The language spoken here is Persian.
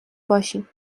باشیم